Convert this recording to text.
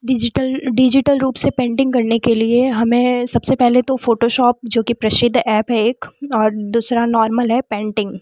digital digital रूप से printing करने के लिए हमें सबसे पहले तो फोटोशोप जो कि सबसे प्रसिद्ध ऐप है एक और दूसरा नॉर्मल है पैंटिंग